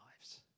lives